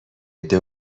عده